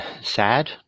Sad